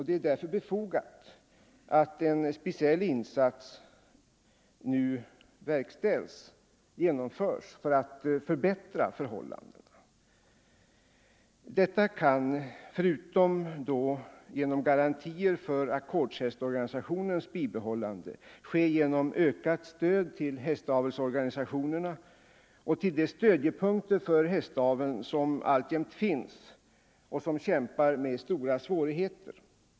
Det är därför befogat att en speciell insats nu genomförs för att förbättra förhållandena. Detta kan förutom genom garantier för ackordshästorganisationens bibehållande ske genom ökat stöd till hästavelsorganisationer och till de stödjepunkter för hästaveln som alltjämt finns och som kämpar med stora svårigheter.